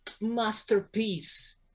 masterpiece